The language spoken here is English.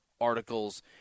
articles